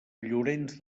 llorenç